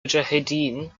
mujahideen